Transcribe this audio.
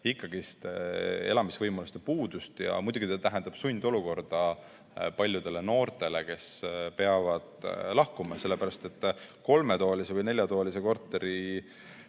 ikkagi elamisvõimaluste puudust. Muidugi tähendab see sundolukorda paljudele noortele, kes peavad lahkuma sellepärast, et kolmetoalise või neljatoalise korteri